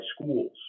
schools